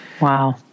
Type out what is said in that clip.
Wow